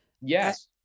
Yes